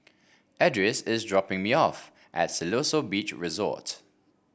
Edris is dropping me off at Siloso Beach Resort